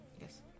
Yes